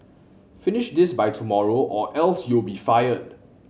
finish this by tomorrow or else you'll be fired